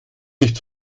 nicht